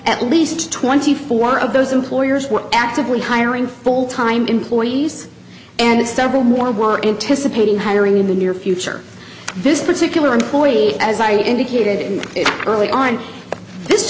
at least twenty four of those employers were actively hiring full time employees and several more were anticipating hiring in the near future this particular employee as i indicated early on this